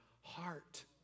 heart